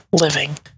living